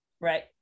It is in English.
right